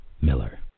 Miller